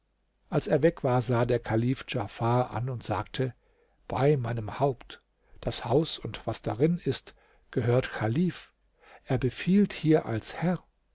als er weg war sah der kalif djafar an und sagte bei meinem haupt das haus und was darin ist gehört chalif er befiehlt hier als herr